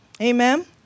Amen